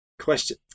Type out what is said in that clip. question